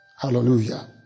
Hallelujah